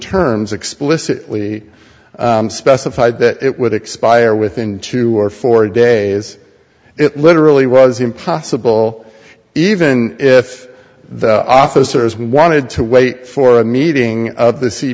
terms explicitly specified that it would expire within two or four days it literally was impossible even if the officers wanted to wait for a meeting of